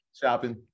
shopping